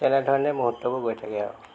তেনেধৰণে মুহূৰ্তবোৰ গৈ থাকে আৰু